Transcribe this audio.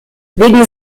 wegen